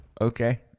Okay